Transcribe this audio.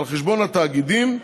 על חשבון התאגידים,